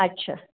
अच्छा